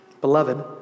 Beloved